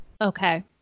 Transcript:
Okay